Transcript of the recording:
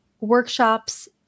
workshops